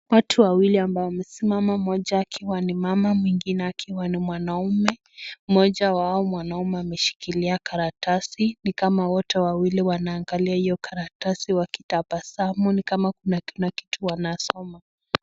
Watu wawili ambao wamesimama mmoja akiwa ni mama mwingine akiwa ni mwanaume. Mmoja wao mwanaume ameshikilia karatasi ni kama wote wawili wanaangalia hiyo karatasi wakitabasamu ni kama kuna kitu wanasoma.